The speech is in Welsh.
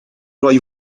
roi